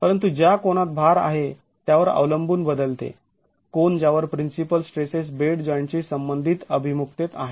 परंतु ज्या कोनात भार आहे त्यावर अवलंबून बदलते कोन ज्यावर प्रिन्सिपल स्ट्रेसेस बेड जॉईंटशी संबंधित अभिमुखतेत आहेत